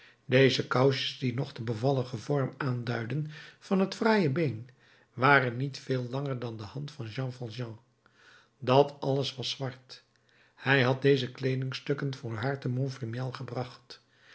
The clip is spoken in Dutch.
deze kousjes die nog den bevalligen vorm aanduidden van het fraaie been waren niet veel langer dan de hand van jean valjean dat alles was zwart hij had deze kleedingstukken voor haar te montfermeil gebracht